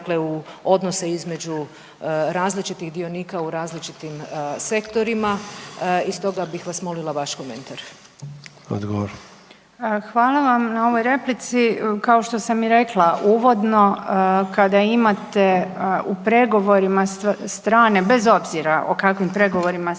dakle u odnose između različitih dionika u različitim sektorima. I stoga bih vas molila vaš komentar. **Sanader, Ante (HDZ)** Odgovor. **Obuljen Koržinek, Nina (HDZ)** Hvala vam na ovoj replici, kao što sam i rekla uvodno kada imate u pregovorima strane, bez obzira o kakvim pregovorima se radi,